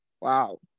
wow